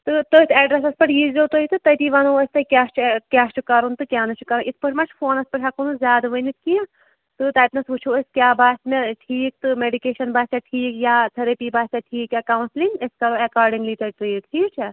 تہٕ تٔتھۍ اٮ۪ڈرَسَس پٮ۪ٹھ یی زیو تُہۍ تہٕ تٔتی وَنہٕ ہو أسۍ تۄہہِ کیٛاہ چھُ کیٛاہ چھُ کَرُن کیٛاہ نہٕ چھِ کَرُن یِتھ پٲٹھۍ ما چھِ فونَس پٮ۪ٹھ ہٮ۪کو نہٕ زیادٕ ؤنِتھ کینٛہہ تہٕ تَتِنَس وٕچھو أسۍ کیٛاہ باسہِ مےٚ ٹھیٖک تہٕ میٚڈِکیشَن باسیٛاہ ٹھیٖک یا تھٔرِپی باسیٛاہ ٹھیٖک یا کاوسٕلِنٛگ أسۍ کَرو اٮ۪کاڈِںٛگلی تۄہہِ ٹرٛیٖٹ ٹھیٖک چھا